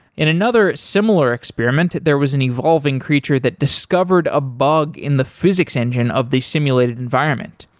in another similar experiment, there was an evolving creature that discovered a bug in the physics engine of the simulated environment.